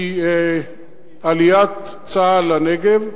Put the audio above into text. הוא עליית צה"ל לנגב,